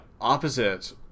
opposite